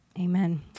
Amen